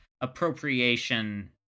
appropriation